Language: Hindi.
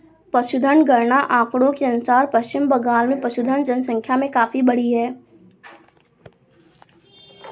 पशुधन गणना के आंकड़ों के अनुसार पश्चिम बंगाल में पशुधन जनसंख्या काफी बढ़ी है